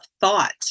thought